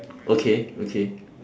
okay okay